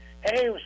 Hey